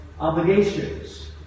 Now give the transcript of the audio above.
Obligations